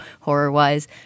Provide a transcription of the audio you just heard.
horror-wise